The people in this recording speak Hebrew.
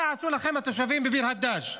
מה עשו לכם התושבים בביר הדאג'?